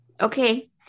Okay